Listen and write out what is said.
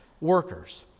workers